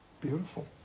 Beautiful